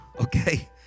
okay